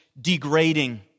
degrading